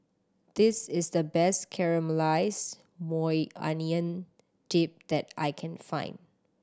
this is the best Caramelized Maui Onion Dip that I can find